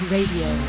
Radio